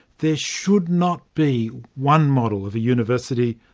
there should not be one model of a university,